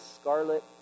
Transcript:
scarlet